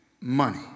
money